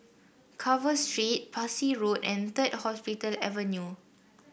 Carver Street Parsi Road and Third Hospital Avenue